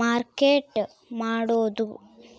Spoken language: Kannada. ಮಾರ್ಕೆಟ್ ಮಾಡೋದು